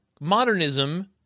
modernism